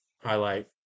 Highlight